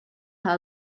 her